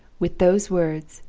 with those words,